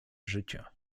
życia